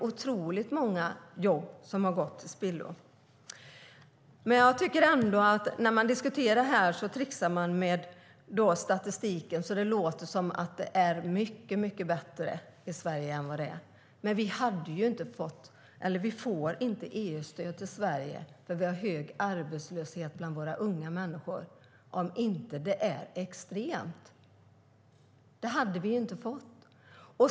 Otroligt många jobb har gått till spillo. När man diskuterar det här tricksar man med statistiken så att det låter som att det är mycket bättre än vad det är i Sverige. Men Sverige skulle inte få EU-stöd på grund av den höga arbetslösheten bland våra unga om det inte är extremt. Det skulle vi inte få.